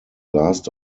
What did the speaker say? last